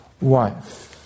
wife